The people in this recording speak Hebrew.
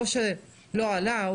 לא שהוא לא עלה,